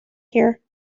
here